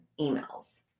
emails